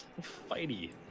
fighty